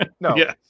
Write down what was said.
No